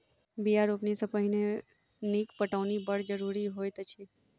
बीया रोपनी सॅ पहिने नीक पटौनी बड़ जरूरी होइत अछि